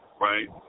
Right